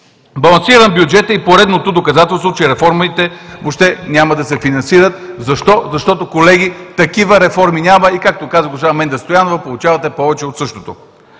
Балансиран бюджет е и поредното доказателство, че реформите въобще няма да се финансират. Защо? Защото, колеги, такива реформи няма и както каза госпожа Менда Стоянова – получавате повече от същото.